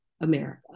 America